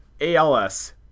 ALS